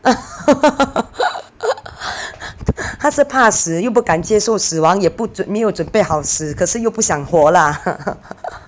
她是怕死又不敢接受死亡也不准没有准备好死可是又不想活 lah